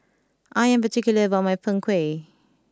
I am particular about my Png Kueh